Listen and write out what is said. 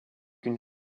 une